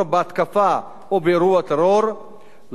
לא יידרש תשלום מהאזרח בגין שירותי הכבאות,